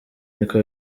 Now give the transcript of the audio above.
niko